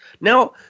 Now